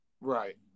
Right